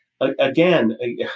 again